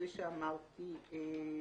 כפי שאמרתי,